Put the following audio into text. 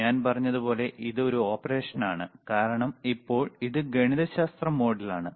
ഞാൻ പറഞ്ഞതുപോലെ ഇത് ഒരു ഓപ്പറേഷൻ ആണ് കാരണം ഇപ്പോൾ ഇത് ഗണിതശാസ്ത്ര മോഡിലാണ്